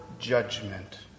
judgment